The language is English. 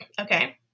okay